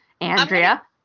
Andrea